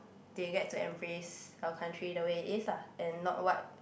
they get to embrace our country the way it is lah and not what